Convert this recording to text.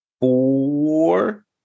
four